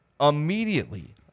immediately